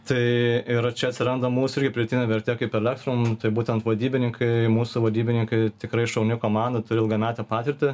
tai ir čia atsiranda mūsų irgi pridėtinė vertė kaip elektrum tai būtent vadybininkai mūsų vadybininkai tikrai šauni komanda turi ilgametę patirtį